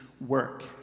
work